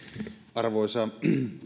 arvoisa